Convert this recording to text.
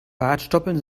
bartstoppeln